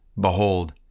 behold